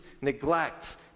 neglect